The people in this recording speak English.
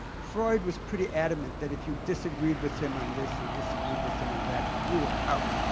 freud was pretty adamant that if you disagreed with him on this or disagreed with him on that, you were out.